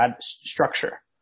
structure